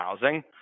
housing